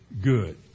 good